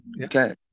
okay